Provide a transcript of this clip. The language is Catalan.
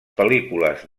pel·lícules